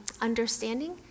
understanding